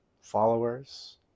followers